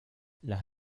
las